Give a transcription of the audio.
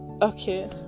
Okay